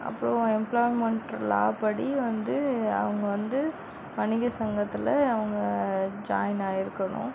அப்புறம் எம்ப்லாய்மெண்ட்டல் லா படி வந்து அவங்க வந்து வணிகர் சங்கத்தில் அவங்க ஜாயின் ஆகிருக்கணும்